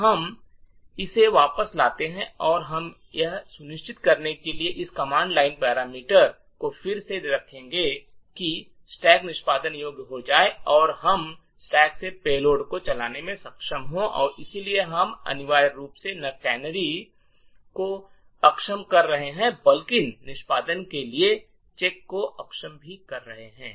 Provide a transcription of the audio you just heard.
तो हम इसे वापस लाते हैं और हम यह सुनिश्चित करने के लिए इस कमांड लाइन पैरामीटर को फिर से रखेंगे कि स्टैक निष्पादन योग्य हो जाए और हम स्टैक से पेलोड को चलाने में सक्षम हों और इसलिए हम अनिवार्य रूप से न केवल कैनरी को अक्षम कर रहे हैं बल्कि निष्पादन के लिए चेक को अक्षम भी कर रहे हैं